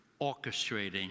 orchestrating